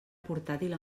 portàtil